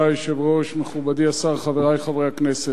היושב-ראש, תודה, מכובדי השר, חברי חברי הכנסת,